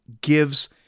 gives